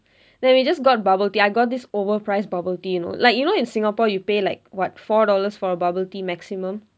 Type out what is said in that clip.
then we just got bubble tea and I got this overpriced bubble tea you know like you know in singapore you pay like what four dollars for a bubble tea maximum